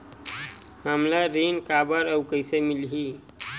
हमला ऋण काबर अउ कइसे मिलही?